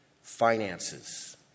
Finances